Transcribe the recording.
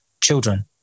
children